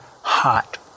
hot